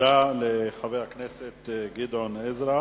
תודה לחבר הכנסת גדעון עזרא.